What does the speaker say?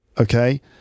Okay